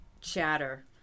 chatter